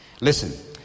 Listen